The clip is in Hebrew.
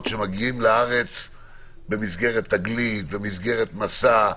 שמגיעים לארץ במסגרת תגלית או במסגרת מסע,